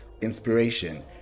inspiration